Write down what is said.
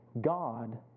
God